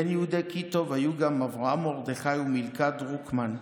בין יהודי קיטוב היו גם אברהם מרדכי ומילכה דרוקמן,